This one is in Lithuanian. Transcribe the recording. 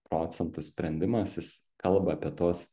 procentų sprendimas jis kalba apie tuos